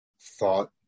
thought